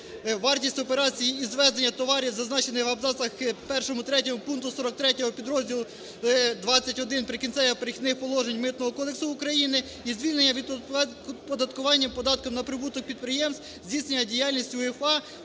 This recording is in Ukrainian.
вартість операцій із ввезення товарів зазначених в абзацах 1.3 пункту 43 підрозділу 21 "Прикінцевих, перехідних положень" Митного кодексу України і звільнення від оподаткування податком на прибуток підприємств здійснення діяльності УЄФА